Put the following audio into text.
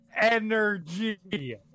energy